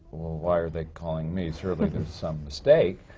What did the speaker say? why are they calling me? surely there's some mistake.